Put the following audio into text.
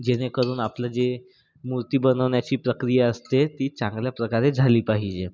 जेणेकरून आपली जे मूर्ती बनवण्याची प्रक्रिया असते ती चांगल्या प्रकारे झाली पाहिजे